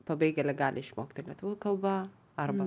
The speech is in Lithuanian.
pabėgėliai gali išmokti lietuvių kalbą arba